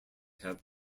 have